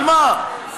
על מה?